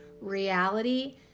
Reality